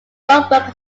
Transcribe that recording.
goldberg